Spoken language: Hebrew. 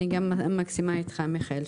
אני גם מסכימה איתך מיכאל,